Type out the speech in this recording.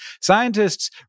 Scientists